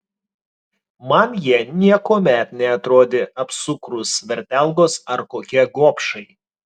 man jie niekuomet neatrodė apsukrūs vertelgos ar kokie gobšai